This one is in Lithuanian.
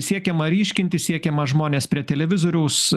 siekiama ryškinti siekiama žmones prie televizoriaus